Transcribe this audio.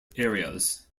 areas